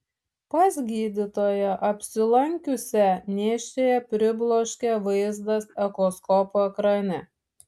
pas gydytoją apsilankiusią nėščiąją pribloškė vaizdas echoskopo ekrane